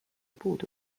puudu